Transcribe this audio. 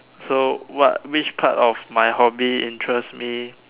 so what which part of my hobby interests me